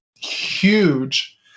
huge